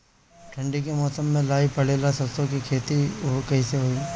ठंडी के मौसम में लाई पड़े ला सरसो के खेती कइसे होई?